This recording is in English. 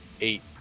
eight